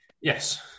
Yes